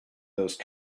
those